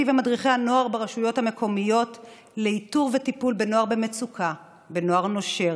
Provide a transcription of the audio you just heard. ומדריכי הנוער ברשויות המקומיות לאיתור וטיפול בנוער במצוקה ובנוער נושר,